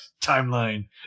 Timeline